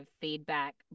feedback